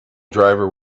driver